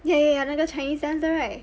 ya ya ya 那个 chinese dance 的 right